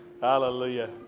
hallelujah